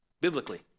biblically